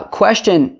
question